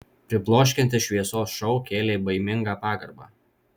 pribloškiantis šviesos šou kėlė baimingą pagarbą